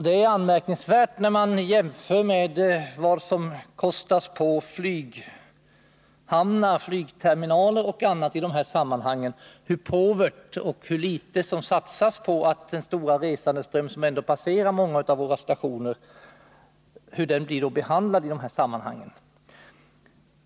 Det är anmärkningsvärt vid en jämförelse med vad som kostas på t.ex. flygterminaler hur litet som satsas på den stora resandeström som passerar många av järnvägsstationerna.